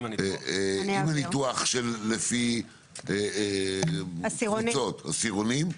עם הניתוח לפי עשירונים.